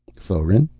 foeren,